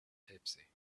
tipsy